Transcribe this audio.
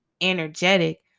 energetic